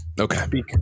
Okay